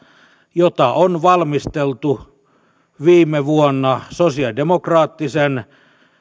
jota on valmisteltu viime vuonna sosialidemokraattisen